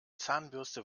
zahnbürste